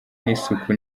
n’isuku